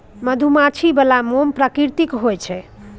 मधुमाछी बला मोम प्राकृतिक होए छै